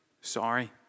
sorry